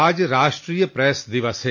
आज राष्ट्रीय प्रेस दिवस है